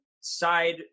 side